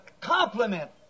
compliment